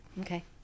Okay